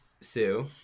Sue